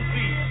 See